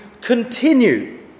continue